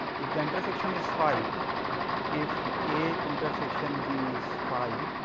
if the intersection is phi if a intersection b is phi,